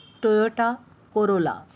Toyota Corolla